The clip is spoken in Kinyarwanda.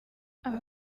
aba